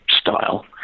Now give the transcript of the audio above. style